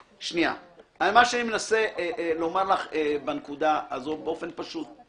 מה שאני מנסה לומר לך בנקודה הזו באופן פשוט,